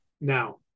Now